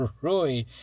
Rui